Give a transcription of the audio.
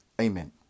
Amen